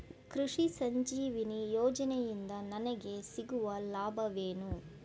ಕೃಷಿ ಸಂಜೀವಿನಿ ಯೋಜನೆಯಿಂದ ನನಗೆ ಸಿಗುವ ಲಾಭವೇನು?